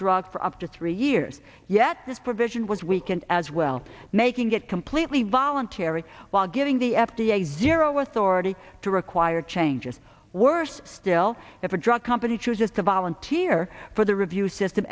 drug for up to three years yet this provision was weakened as well making it completely voluntary while giving the f d a zero authority to require changes worse still if a drug company chooses to volunteer for the review system